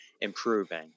improving